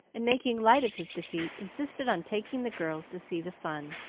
and, making light of his defeat, insisted on taking the girls to see the fun.